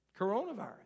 coronavirus